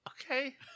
okay